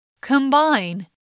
Combine